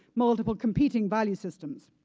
multiple competing value systems.